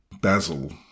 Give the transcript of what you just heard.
Basil